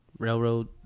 railroad